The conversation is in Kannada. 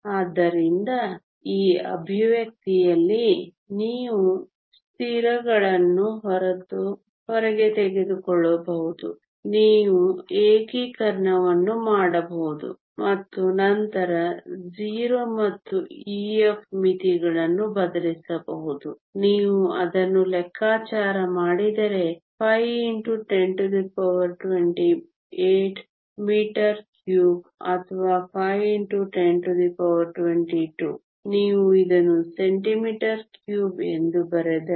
ಆದ್ದರಿಂದ ಈ ಎಕ್ಸ್ಪ್ರೆಶನ್ನಲ್ಲಿ ನೀವು ಸ್ಥಿರಗಳನ್ನು ಹೊರಗೆ ತೆಗೆದುಕೊಳ್ಳಬಹುದು ನೀವು ಏಕೀಕರಣವನ್ನು ಮಾಡಬಹುದು ಮತ್ತು ನಂತರ 0 ಮತ್ತು Ef ಮಿತಿಗಳನ್ನು ಬದಲಿಸಬಹುದು ನೀವು ಅದನ್ನು ಲೆಕ್ಕಾಚಾರ ಮಾಡಿದರೆ 5 x1028 m3 ಅಥವಾ 5 x 1022 ನೀವು ಅದನ್ನು cm3 ಎಂದು ಬರೆದರೆ